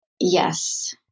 Yes